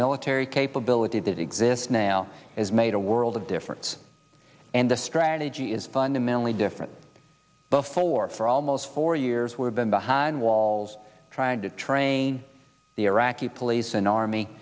military capability that exists now has made a world of difference and the strategy is fundamentally different before for almost four years we're been behind walls trying to train the iraqi police a